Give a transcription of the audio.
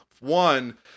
one